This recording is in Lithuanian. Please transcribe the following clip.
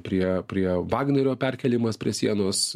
prie prie vagnerio perkėlimas prie sienos